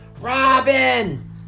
Robin